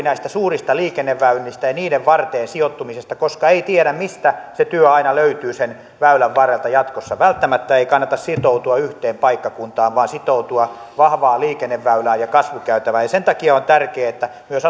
näistä suurista liikenneväylistä ja niiden varteen sijoittumisesta koska ei tiedä mistä se työ aina löytyy sen väylän varrelta jatkossa välttämättä ei kannata sitoutua yhteen paikkakuntaan vaan vahvaan liikenneväylään ja kasvukäytävään ja sen takia on tärkeää että myös